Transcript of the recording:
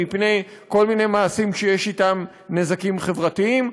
מפני כל מיני מעשים שיש אתם נזקים חברתיים,